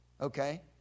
Okay